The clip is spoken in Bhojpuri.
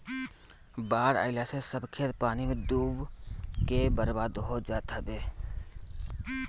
बाढ़ आइला से सब खेत पानी में डूब के बर्बाद हो जात हवे